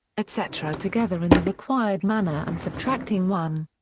etc. together in the required manner and subtracting one.